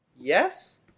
Yes